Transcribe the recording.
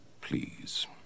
Please